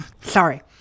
Sorry